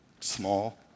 Small